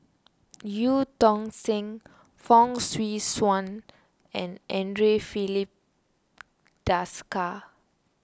Eu Tong Sen Fong Swee Suan and andre Filipe Desker